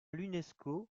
l’unesco